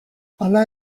hala